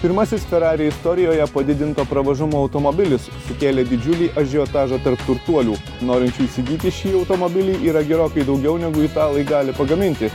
pirmasis ferrari istorijoje padidinto pravažumo automobilis sukėlė didžiulį ažiotažą tarp turtuolių norinčių įsigyti šį automobilį yra gerokai daugiau negu italai gali pagaminti